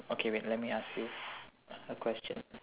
okay wait let me ask you a question